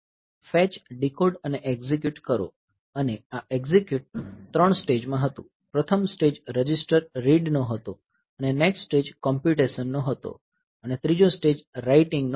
fetch decode અને execute કરો અને આ એક્ઝિક્યુટ 3 સ્ટેજમાં હતું પ્રથમ સ્ટેજ રજીસ્ટર રીડ નો હતો અને નેક્સ્ટ સ્ટેજ કોમ્પ્યુટેશન નો હતો અને ત્રીજો સ્ટેજ રાઈટીંગ નો હતો